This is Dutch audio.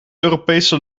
europese